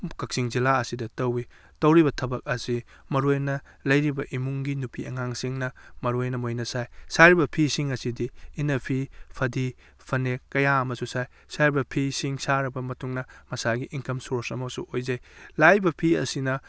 ꯀꯛꯆꯤꯡ ꯖꯤꯂꯥ ꯑꯁꯤꯗ ꯇꯧꯏ ꯇꯧꯔꯤꯕ ꯊꯕꯛ ꯑꯁꯤ ꯃꯔꯨꯑꯣꯏꯅ ꯂꯩꯔꯤꯕ ꯏꯃꯨꯡꯒꯤ ꯅꯨꯄꯤ ꯑꯉꯥꯡꯁꯤꯡꯅ ꯃꯔꯨꯑꯣꯏꯅ ꯃꯣꯏꯅ ꯁꯥꯏ ꯁꯥꯔꯤꯕ ꯐꯤꯁꯤꯡ ꯑꯁꯤꯗꯤ ꯏꯅꯐꯤ ꯐꯗꯤ ꯐꯅꯦꯛ ꯀꯌꯥ ꯑꯃꯁꯨ ꯁꯥꯏ ꯁꯥꯔꯤꯕ ꯐꯤꯁꯤꯡ ꯁꯥꯔꯕ ꯃꯇꯨꯡꯗ ꯃꯁꯥꯒꯤ ꯏꯟꯀꯝ ꯁꯣꯔꯁ ꯑꯃꯁꯨ ꯑꯣꯏꯖꯩ ꯂꯥꯛꯏꯕ ꯐꯤ ꯑꯁꯤꯅ